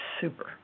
super